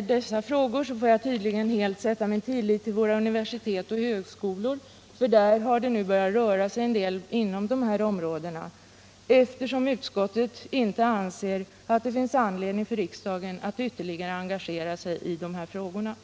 engagera sig i dessa frågor får jag tydligen sätta min lit till våra universitet och högskolor, där det nu har börjat röra sig på dessa områden.